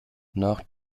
nach